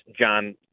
John